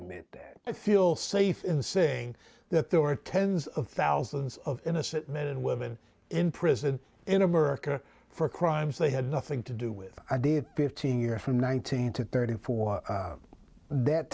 admit that i feel safe in saying that there were tens of thousands of innocent men and women in prison in america for crimes they had nothing to do with their fifteen year from nineteen to thirty four that